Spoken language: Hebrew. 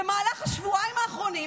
במהלך השבועיים האחרונים